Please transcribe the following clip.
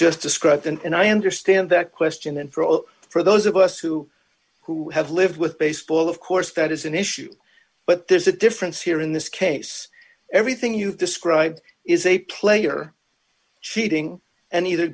just described and i understand that question and for all for those of us who who have lived with baseball of course that is an issue but there's a difference here in this case everything you've described is a player cheating and either